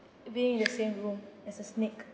being in the same room as a snake